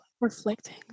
reflecting